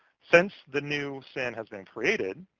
since the new sin has been created,